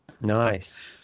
Nice